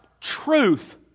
truth